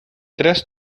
tres